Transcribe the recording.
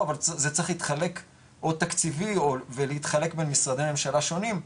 אבל זה צריך להתחלק או תקציבי או להתחלק בין משרדי הממשלה השונים,